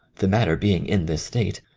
the matter being in this state,